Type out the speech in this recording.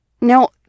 Now